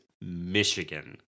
Michigan